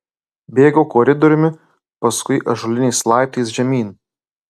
bėgau koridoriumi paskui ąžuoliniais laiptais žemyn